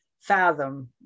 fathom